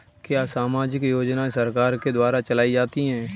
क्या सामाजिक योजनाएँ सरकार के द्वारा चलाई जाती हैं?